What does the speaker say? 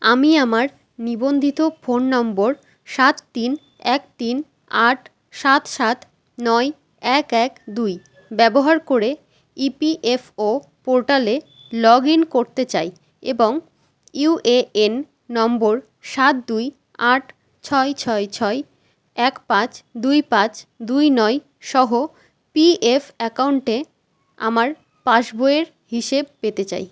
আমি আমার নিবন্ধিত ফোন নম্বর সাত তিন এক তিন আট সাত সাত নয় এক এক দুই ব্যবহার করে ইপিএফও পোর্টালে লগ ইন করতে চাই এবং ইউএএন নম্বর সাত দুই আট ছয় ছয় ছয় এক পাঁচ দুই পাঁচ দুই নয় সহ পিএফ অ্যাকাউন্টে আমার পাসবইয়ের হিসেব পেতে চাই